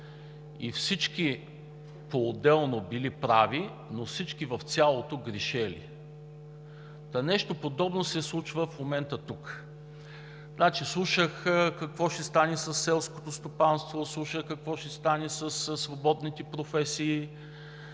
„Всички поотделно били прави, но всички в цялото грешали.“ Та нещо подобно се случва в момента тук. Слушах какво ще стане със селското стопанство, слушах какво ще стане със свободните професии,